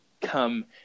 come